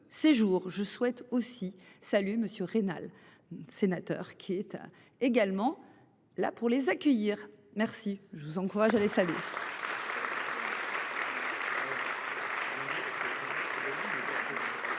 je souhaite aussi salut monsieur Reina. Sénateur qui est également là pour les accueillir. Merci je vous encourage. Allez salut.